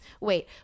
wait